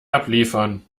abliefern